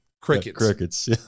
crickets